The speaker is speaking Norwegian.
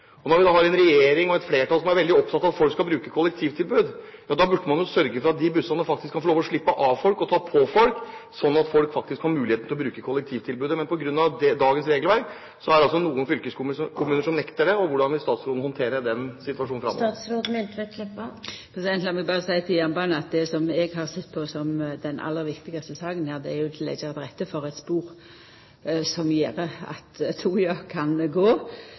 Når vi har en regjering og et flertall som er veldig opptatt av at folk skal bruke kollektivtilbud, burde man sørge for at de bussene kan få lov til å slippe av folk og ta med folk, slik at folk faktisk har muligheten til å bruke kollektivtilbudet. Men på grunn av dagens regelverk er det noen fylkeskommuner som nekter det. Hvordan vil statsråden håndtere den situasjonen fremover? Lat meg berre seia med omsyn til jernbanen at det som eg har sett på som den aller viktigaste saka her, er å leggja til rette for eit spor som gjer at toga kan gå,